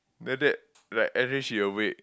then after that like actually she awake